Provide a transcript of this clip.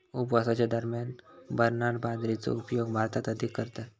उपवासाच्या दरम्यान बरनार्ड बाजरीचो उपयोग भारतात अधिक करतत